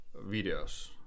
videos